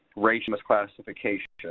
racial misclassification.